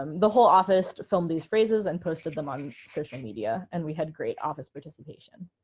um the whole office filmed these phrases and posted them on social media. and we had great office participation.